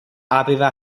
aveva